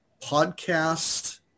podcast